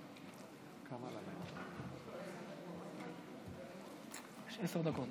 עשר דקות,